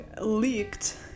leaked